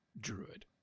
druid